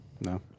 No